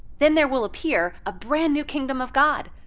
then there will appear a brand new kingdom of god.